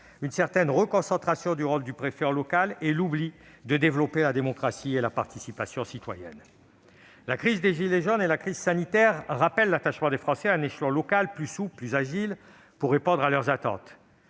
une certaine reconcentration du rôle du préfet au niveau local et un oubli, celui de développer la démocratie et la participation citoyenne. La crise des « gilets jaunes » et la crise sanitaire ont constitué un rappel de l'attachement des Français à un échelon local plus souple et plus agile pour répondre à leurs attentes.